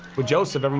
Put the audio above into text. with joseph, i mean